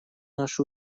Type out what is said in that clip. наши